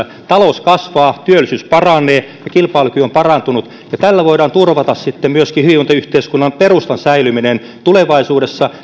talous kasvaa työllisyys paranee ja kilpailukyky on parantunut tällä voidaan turvata sitten myöskin hyvinvointiyhteiskunnan perustan säilyminen tulevaisuudessa